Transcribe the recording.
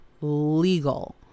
legal